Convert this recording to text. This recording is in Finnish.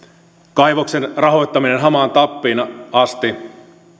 kaivoksen rahoittaminen hamaan tappiin asti